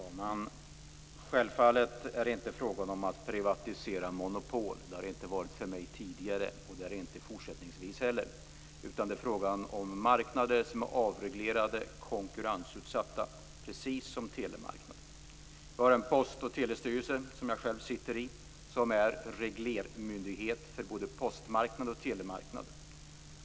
Fru talman! Självfallet är det inte fråga om att privatisera monopol. Det har det inte varit för mig tidigare, och det är det inte fortsättningsvis heller. Det är fråga om marknader som är avreglerade och konkurrensutsatta, precis som telemarknaden. Vi har en postoch telestyrelse, som jag själv sitter i, som är reglermyndighet för både postmarknad och telemarknad.